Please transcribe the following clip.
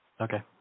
Okay